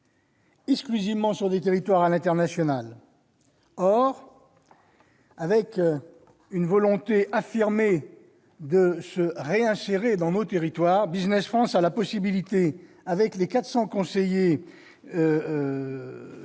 territoire, mais seulement à l'international. Or, avec une volonté affirmée de se réinsérer dans nos territoires, Business France a la possibilité, avec ses 100 conseillers